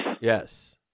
Yes